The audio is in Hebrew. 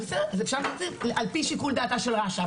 אז אפשר על פי שיקול דעתה של רש"א,